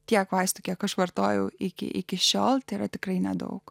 tiek vaistų kiek aš vartojau iki iki šiol tai yra tikrai nedaug